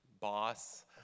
boss